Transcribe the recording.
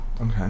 Okay